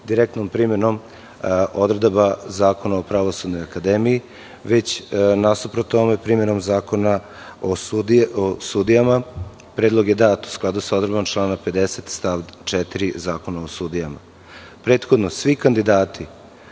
direktnom primenom odredaba Zakona o Pravosudnoj akademiji, već nasuprot tome primenom Zakona o sudijama. Predlog je dat u skladu sa odredbom člana 50. stav 4. Zakona o sudijama. Prethodno svi kandidati,